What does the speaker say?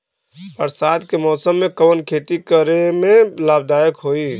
बरसात के मौसम में कवन खेती करे में लाभदायक होयी?